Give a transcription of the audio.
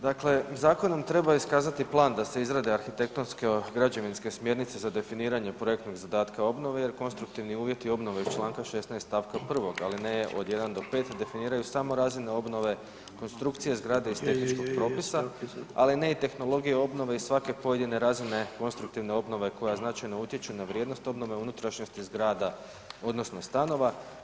Dakle, zakonom treba iskazati plan da se izrade arhitektonsko-građevinske smjernice za definiranje projektnog zadatke obnove jer konstruktivni uvjeti iz čl. 16. stavka 1. alineje od 1 do 5 definiraju samo razine obnove konstrukcije zgrade iz tehničkog propisa ali ne i tehnologije obnove iz svake pojedine razine konstruktivne obnove koja značajno utječu na vrijednosti obnove unutrašnjosti zgrada odnosno stanova.